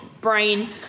brain